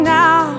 now